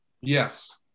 Yes